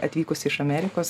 atvykusi iš amerikos